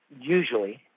usually